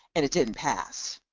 and it didn't pass.